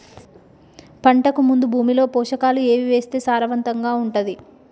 పంటకు ముందు భూమిలో పోషకాలు ఏవి వేస్తే సారవంతంగా ఉంటది?